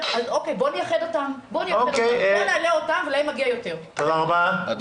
בואו נייחד אותם ונעלה אותם ולהם מגיע יותר זה הכול.